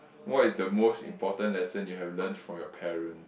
what is the most important lesson you have learn from your parents